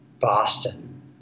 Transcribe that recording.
Boston